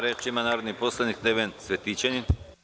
Reč ima narodni poslanik Neven Cvetićanin.